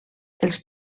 els